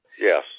Yes